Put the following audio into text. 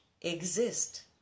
exist